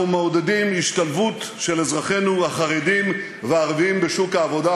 אנחנו מעודדים השתלבות של אזרחינו החרדים והערבים בשוק העבודה.